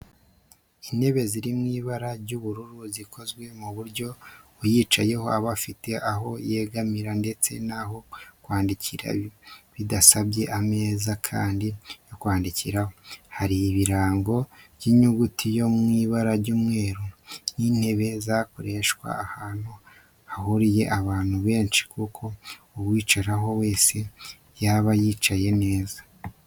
Intebe ziri mu ibara ry'ubururu zikozwe ku buryo uyicayeho aba afite aho yegamira ndetse n'aho kwandikira bidasabye ameza yandi yo kwandikiraho, hariho ibirango by'inyuguti byo mu ibara ry'umweru. Ni intebe zakoreshwa ahantu hahuriye abantu benshi kuko uwayicaraho wese yaba yicaye neza.